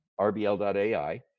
rbl.ai